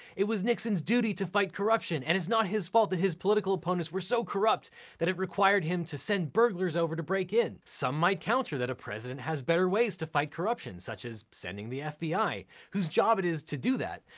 it was nixon's duty to fight corruption and it's not his fault that his political opponents were so corrupt that it required him to send burglars over to break in. some might counter that a president has better ways to fight corruption, such as sending the fbi, whose job it is to do that.